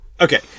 Okay